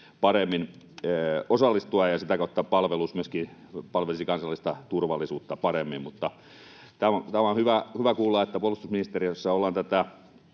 paremmin osallistua, ja sitä kautta palvelut myöskin palvelisivat kansallista turvallisuutta paremmin. Tämä on hyvä kuulla, että puolustusministeriössä ollaan tätä